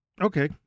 Okay